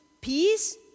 peace